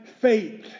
faith